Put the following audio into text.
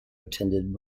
attended